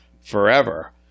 forever